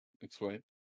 explain